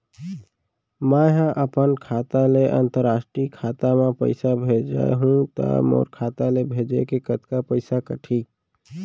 मै ह अपन खाता ले, अंतरराष्ट्रीय खाता मा पइसा भेजहु त मोर खाता ले, भेजे के कतका पइसा कटही?